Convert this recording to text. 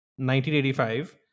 1985